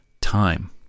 time